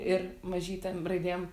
ir mažytėm raidėm